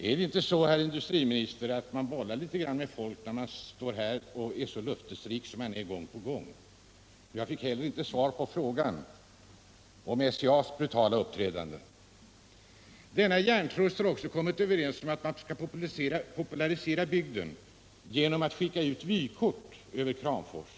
Är det inte så, herr industriminister, att man bollar litet grand med folk när man står här och är så löftesrik som industriministern är gång på gång? Jag fick heller inte svar på frågan om SCA:s brutala uppträdande. Hjärntrusten har också kommit överens om att man skall popularisera bygden genom att skicka ut vykort över Kramfors.